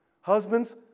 Husbands